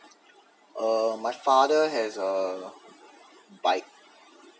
uh my father has a bike